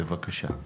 בבקשה.